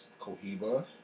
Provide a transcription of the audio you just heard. Cohiba